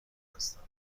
هستند